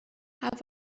هوا